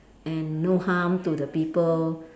and no harm to the people